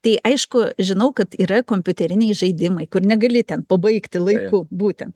tai aišku žinau kad yra kompiuteriniai žaidimai kur negali ten pabaigti laiku būtent